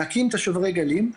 להקים את שוברי הגלים,